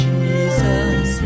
Jesus